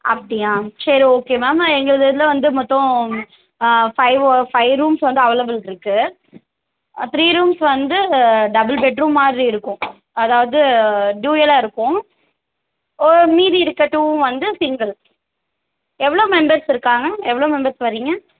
அப்படியா சரி okay ma'am எங்களுதில் வந்து மொத்தம் ஃபைவ் ஃபைவ் ரூம்ஸ் வந்து அவைலபிளிருக்கு த்ரீ ரூம்ஸ் வந்து டபுள் பெட்ரூம் மாதிரி இருக்கும் அதாவது ட்யூயலாக இருக்கும் மீதி இருக்கற டூவும் வந்து சிங்கிள் எவ்வளோ மெம்பர்ஸ் இருக்காங்க எவ்வளோ மெம்பர்ஸ் வரீங்க